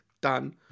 done